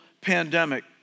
pandemic